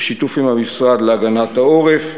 בשיתוף עם המשרד להגנת העורף,